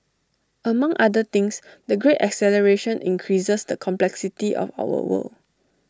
among other things the great acceleration increases the complexity of our world